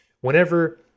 Whenever